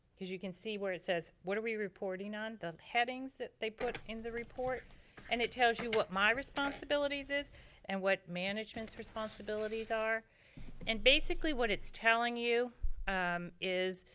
cause you can see where it says, what are we reporting on? the headings that they put in the report and it tells you what my responsibilities is and what management's responsibilities are and basically what it's telling you is,